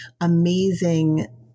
amazing